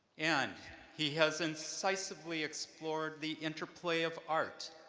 and he has incisively explored the interplay of art,